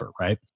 right